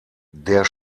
der